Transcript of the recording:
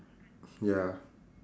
ya